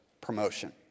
promotion